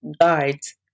guides